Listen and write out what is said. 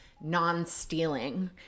non-stealing